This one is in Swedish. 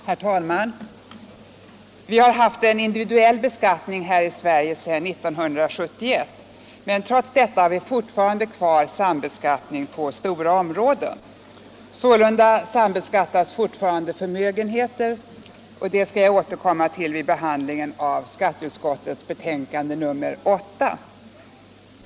Herr talman! Vi har haft en individuell beskattning sedan 1971, men trots detta har vi fortfarande kvar sambeskattning på stora områden. Sålunda sambeskattas fortfarande förmögenheter — det skall jag återkomma till vid behandlingen av skatteutskottets betänkande nr 8.